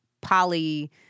poly